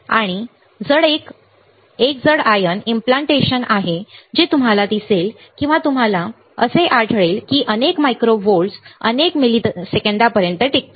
आणि तेथे एक जड आयन इम्प्लांटेशन आहे जे तुम्हाला दिसेल किंवा तुम्हाला असे आढळेल की अनेक मायक्रो व्होल्ट्स अनेक मिलिसेकंदांपर्यंत टिकतात